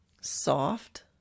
soft